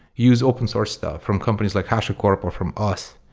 use open source stuff from companies like hashicorp or from us.